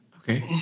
Okay